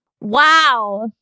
Wow